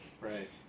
Right